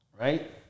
right